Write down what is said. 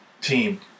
team